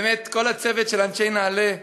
וכל הצוות של אנשי נעל"ה,